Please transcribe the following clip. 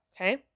Okay